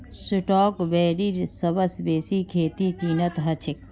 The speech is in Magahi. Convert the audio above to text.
स्ट्रॉबेरीर सबस बेसी खेती चीनत ह छेक